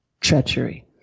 treachery